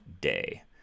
day